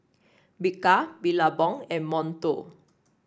Bika Billabong and Monto